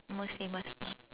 most famous